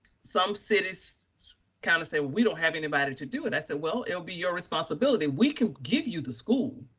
some cities kind of say, we don't have anybody to do it. i said, well, it will be your responsibility. we can give you the school.